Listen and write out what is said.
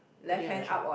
pointing on the shop